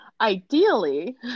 Ideally